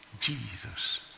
Jesus